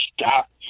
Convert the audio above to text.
stop